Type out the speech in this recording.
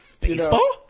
Baseball